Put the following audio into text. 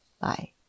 Bye